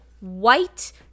white